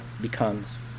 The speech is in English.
becomes